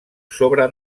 sobre